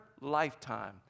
lifetime